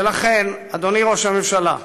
ולכן, אדוני ראש הממשלה,